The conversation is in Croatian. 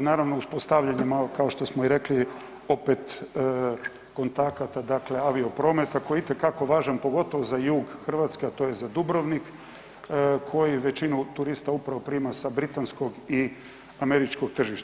naravno uspostavljanjem kao što smo i rekli opet kontakata dakle avioprometa koji je itekako važan pogotovo za jug Hrvatske, a to je za Dubrovnik koji većinu turista upravo prima sa britanskog i američkog tržišta.